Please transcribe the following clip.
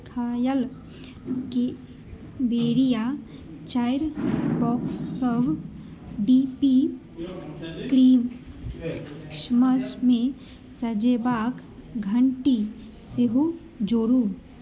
सूखायल cranberry आ चारि बक्ससभ डी पी क्रीम क्रिसमसमे सजेबाक घंटी सेहो जोडू